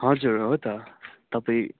हजुर हो त तपाईँ